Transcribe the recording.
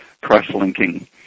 cross-linking